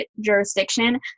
jurisdiction